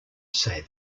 say